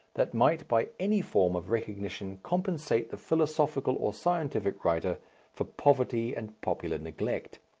that might by any form of recognition compensate the philosophical or scientific writer for poverty and popular neglect.